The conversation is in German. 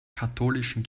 katholischen